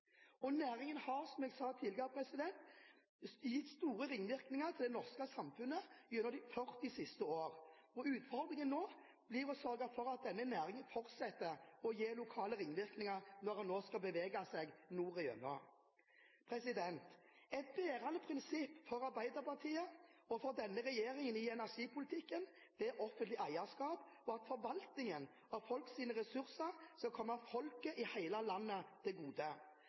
Næringen har, som jeg sa tidligere, hatt store ringvirkninger for det norske samfunnet gjennom de siste 40 år. Utfordringen nå blir å sørge for at denne næringen fortsetter å skape lokale ringvirkninger når den nå skal bevege seg nordover. Et bærende prinsipp for Arbeiderpartiet og for denne regjeringen i energipolitikken er offentlig eierskap og at forvaltningen av folkets ressurser skal komme folket i hele landet til gode.